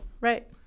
Right